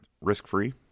risk-free